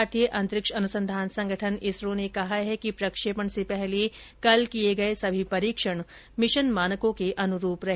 भारतीय अंतरिक्ष अनुसंधान संगठन इसरो ने कहा है कि प्रक्षेपण से पहले कल किये गए सभी परीक्षण मिशन मानकों के अनुरूप रहे